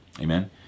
Amen